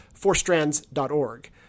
fourstrands.org